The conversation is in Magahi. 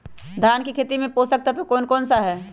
धान की खेती में पोषक तत्व कौन कौन सा है?